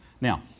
Now